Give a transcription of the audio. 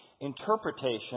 Interpretation